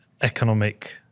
economic